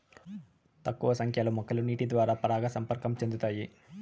తక్కువ సంఖ్య లో మొక్కలు నీటి ద్వారా పరాగ సంపర్కం చెందుతాయి